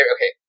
Okay